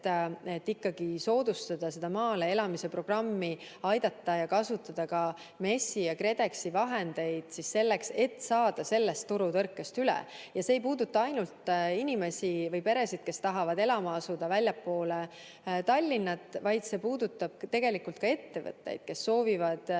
ikkagi soodustada maale elama asumise programmi, aidata ja kasutada ka MES-i ja KredExi vahendeid selleks, et saada sellest turutõrkest üle. See ei puuduta ainult inimesi või peresid, kes tahavad elama asuda väljapoole Tallinnat, vaid see puudutab ka ettevõtteid, kes soovivad